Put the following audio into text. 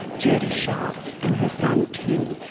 judy sharp and her son tim,